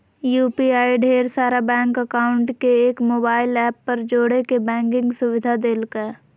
UPI ढेर सारा bank account के एक मोबाइल ऐप पर जोड़े के बैंकिंग सुविधा देलकै